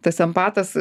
tas empatas